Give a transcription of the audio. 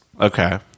okay